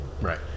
Right